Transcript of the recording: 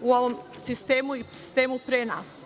u ovom sistemu i sistemu pre nas.